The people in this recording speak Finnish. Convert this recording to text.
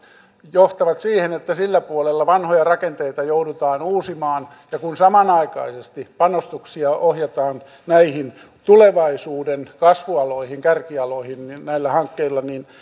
johtavat siihen että sillä puolella vanhoja rakenteita joudutaan uusimaan ja kun samanaikaisesti panostuksia ohjataan näihin tulevaisuuden kasvualoihin kärkialoihin näillä hankkeilla niin